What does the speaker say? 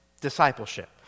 discipleship